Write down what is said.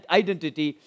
identity